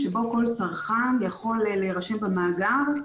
שבו כל צרכן יכול להירשם במאגר.